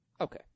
Okay